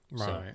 Right